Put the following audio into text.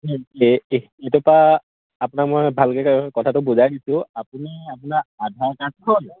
এইটো পৰা আপোনাৰ মই ভালকৈ কথাটো বুজাই দিছোঁ আপুনি আপোনাৰ আধাৰ কাৰ্ডখন